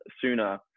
sooner